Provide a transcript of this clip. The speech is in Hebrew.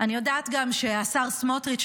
אני יודעת גם שהשר סמוטריץ',